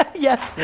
yes,